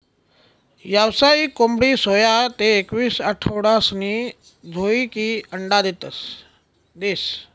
यावसायिक कोंबडी सोया ते एकवीस आठवडासनी झायीकी अंडा देस